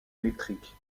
électrique